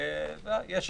ברור,